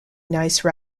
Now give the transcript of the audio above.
nice